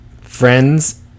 Friends